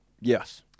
Yes